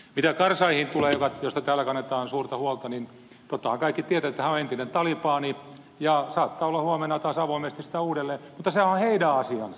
mitä karzaihin tulee josta täällä kannetaan suurta huolta niin tottahan kaikki tietävät että hän on entinen talibani ja saattaa olla huomenna taas avoimesti sitä uudelleen mutta sehän on heidän asiansa